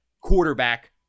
quarterback